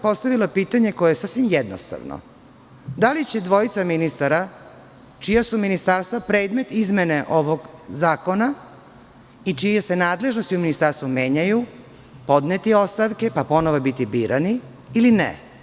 Postavila sam pitanje sasvim jednostavno – da li će dvojica ministara, čija su ministarstva predmet izmene ovog zakona i čije se nadležnosti u ministarstvu menjaju, podneti ostavke pa ponovo biti birani ili ne?